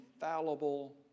infallible